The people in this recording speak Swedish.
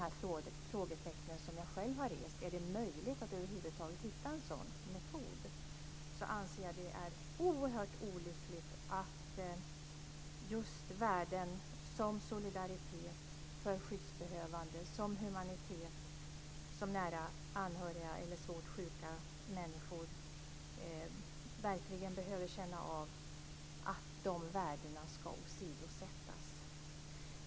Förutom de frågetecken som jag själv har rest om huruvida det är möjligt att över huvud taget hitta en sådan här metod, så anser jag att det är oerhört olyckligt att värden som solidaritet för skyddsbehövande och humanitet, som nära anhöriga eller svårt sjuka människor verkligen behöver känna av, ska åsidosättas.